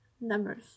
numbers